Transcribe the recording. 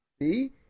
See